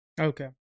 Okay